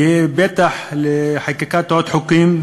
יהיה פתח לחקיקת עוד חוקים,